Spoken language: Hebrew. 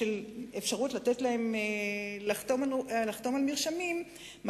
האפשרות לתת להם לחתום על מרשמים,